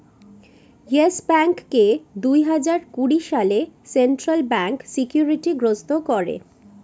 yes ব্যাঙ্ককে দুই হাজার কুড়ি সালে সেন্ট্রাল ব্যাঙ্ক সিকিউরিটি গ্রস্ত করে